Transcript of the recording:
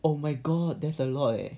oh my god that is a lot leh